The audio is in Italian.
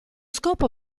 scopo